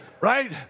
right